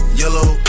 yellow